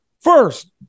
First